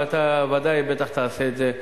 ואתה ודאי תעשה את זה,